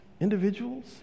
individuals